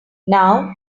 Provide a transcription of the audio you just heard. now